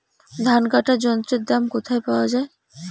ধান কাটার যন্ত্রের দাম কোথায় পাওয়া যায়?